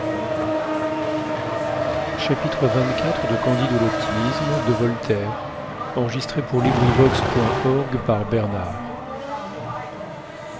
de candide à m de voltaire